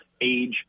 age